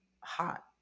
hot